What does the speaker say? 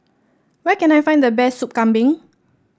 where can I find the best Sup Kambing